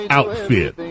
outfit